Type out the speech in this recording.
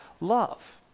love